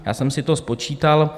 Já jsem si to spočítal.